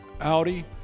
Audi